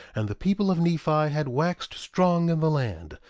and the people of nephi had waxed strong in the land.